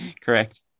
Correct